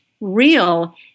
real